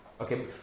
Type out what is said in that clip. Okay